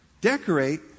Decorate